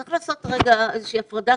צריך לעשות רגע איזושהי הפרדה,